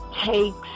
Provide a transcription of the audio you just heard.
takes